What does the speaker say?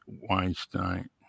Weinstein